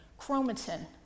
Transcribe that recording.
chromatin